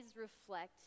reflect